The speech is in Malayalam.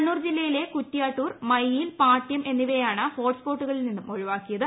കണ്ണൂർ ജില്ലയിലെ കുറ്റ്യാട്ടൂർ മയ്യിൽ പാട്യം എന്നിവയേയാണ് ഹോട്ട് സ്പോട്ടിൽ നിന്നും ഒഴിവാക്കിയത്